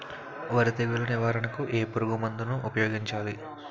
వరి తెగుల నివారణకు ఏ పురుగు మందు ను ఊపాయోగించలి?